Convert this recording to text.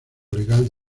legal